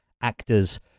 actors